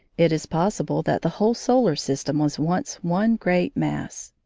it is possible that the whole solar system was once one great mass.